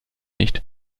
nicht